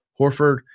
Horford